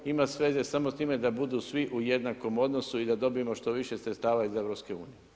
On ima veze samo s time da budu svi u jednakom odnosu i da dobijemo što više sredstava iz EU.